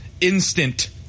instant